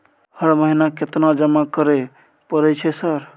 हर महीना केतना जमा करे परय छै सर?